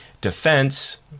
defense